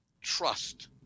trust